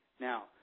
Now